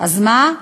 אז מה?